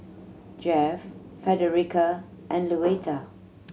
Jeff Frederica and Luetta